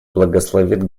благословит